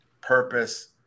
purpose